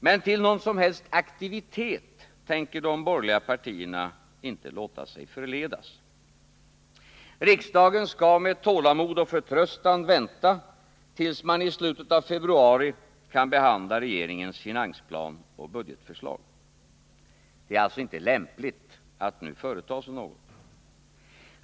Men till någon som helst aktivitet tänker de borgerliga partierna inte låta sig förledas. Riksdagen skall med tålamod och förtröstan vänta tills man i slutet av februari kan behandla regeringens finansplan och budgetförslag. Det är alltså inte lämpligt att nu företa sig något.